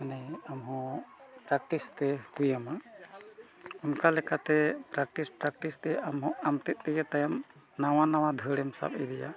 ᱢᱟᱱᱮ ᱟᱢᱦᱚᱸ ᱛᱮ ᱦᱩᱭᱟᱢᱟ ᱚᱱᱠᱟ ᱞᱮᱠᱟᱛᱮ ᱛᱮ ᱟᱢᱦᱚᱸ ᱟᱢᱛᱮᱫ ᱛᱮᱜᱮ ᱛᱟᱭᱚᱢ ᱱᱟᱣᱟᱼᱱᱟᱣᱟ ᱫᱟᱹᱲᱮᱢ ᱥᱟᱵ ᱤᱫᱤᱭᱟ